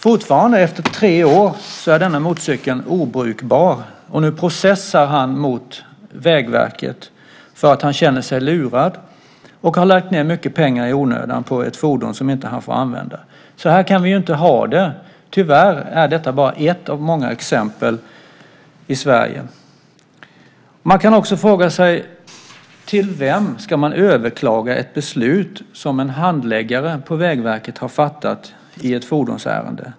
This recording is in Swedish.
Fortfarande efter tre år är denna motorcykel obrukbar, och nu processar han mot Vägverket för att han känner sig lurad och har lagt ned mycket pengar i onödan på ett fordon som han inte får använda. Så här kan vi inte ha det! Tyvärr är detta bara ett av många exempel i Sverige. Man kan också fråga sig: Till vem ska man överklaga ett beslut som en handläggare på Vägverket har fattat i ett fordonsärende?